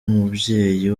umubyeyi